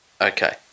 Okay